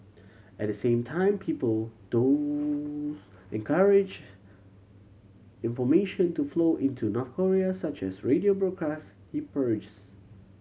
at the same time people those encourage information to flow into North Korea such as radio broadcasts he parries